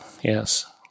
Yes